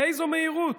באיזו מהירות.